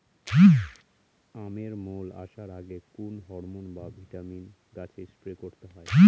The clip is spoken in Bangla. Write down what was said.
আমের মোল আসার আগে কোন হরমন বা ভিটামিন গাছে স্প্রে করতে হয়?